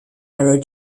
arrow